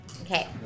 Okay